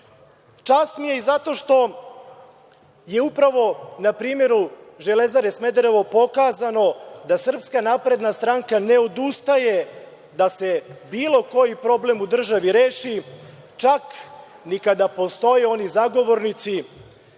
mi je i zato što je upravo na primeru „Železare Smederevo“ pokazano da SNS ne odustaje da se bilo koji problem u državi reši čak ni kada postoje oni zagovornici,